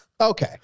Okay